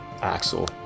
Axel